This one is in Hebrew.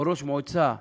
או ראש מועצה ערבי,